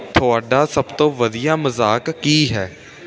ਤੁਹਾਡਾ ਸਭ ਤੋਂ ਵਧੀਆ ਮਜ਼ਾਕ ਕੀ ਹੈ